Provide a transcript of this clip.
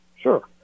Sure